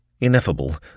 ineffable